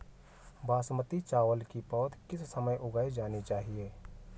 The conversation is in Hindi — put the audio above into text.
बासमती चावल की पौध किस समय उगाई जानी चाहिये?